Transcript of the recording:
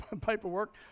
paperwork